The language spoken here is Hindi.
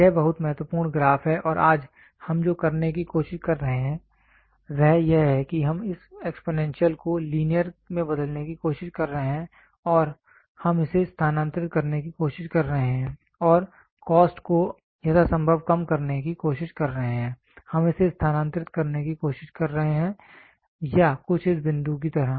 यह बहुत महत्वपूर्ण ग्राफ है और आज हम जो करने की कोशिश कर रहे हैं वह यह है कि हम इस एक्स्पोनेंशियल को लीनियर में बदलने की कोशिश कर रहे हैं और हम इसे स्थानांतरित करने की कोशिश कर रहे हैं और कॉस्ट को यथासंभव कम करने की कोशिश कर रहे हैं हम इसे स्थानांतरित करने की कोशिश कर रहे हैं यहाँ कुछ इस बिंदु की तरह